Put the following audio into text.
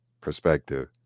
perspective